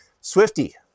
Swifty